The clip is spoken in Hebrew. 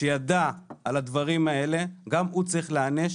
שידע על הדברים האלה - גם הוא צריך להיענש